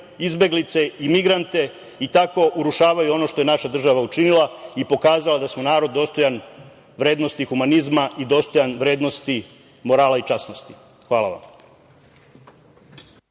izbeglice i migrante i tako urušavaju ono što je naša država učinila i pokazala da smo narod dostojan vrednosti humanizma i dostojan vrednosti morala i časnosti. Hvala.